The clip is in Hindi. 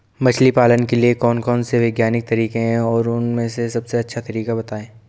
मछली पालन के लिए कौन कौन से वैज्ञानिक तरीके हैं और उन में से सबसे अच्छा तरीका बतायें?